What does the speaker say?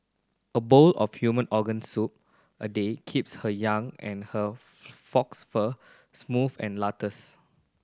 a bowl of human organ soup a day keeps her young and her fox fur smooth and